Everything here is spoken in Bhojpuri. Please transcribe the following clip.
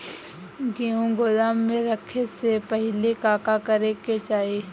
गेहु गोदाम मे रखे से पहिले का का करे के चाही?